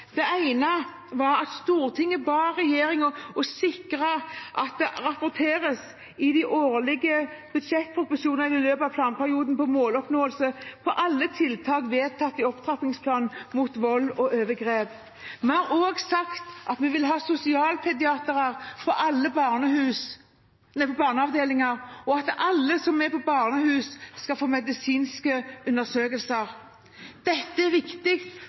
Det ene var at Stortinget ba regjeringen om å «sikre at det rapporteres i de årlige budsjettproposisjonene i løpet av planperioden på måloppnåelse på alle tiltak vedtatt i opptrappingsplanen mot vold og overgrep». Vi har også sagt at vi vil ha sosialpediatre på alle barneavdelinger, og at alle som er på barnehus, skal få medisinske undersøkelser. Dette er viktig